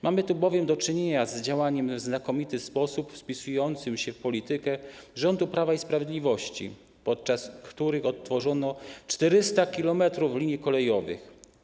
Mamy tu bowiem do czynienia z działaniem w znakomity sposób wpisującym się w politykę rządów Prawa i Sprawiedliwości, podczas których odtworzono 400 km linii kolejowych.